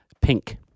Pink